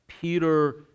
Peter